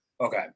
Okay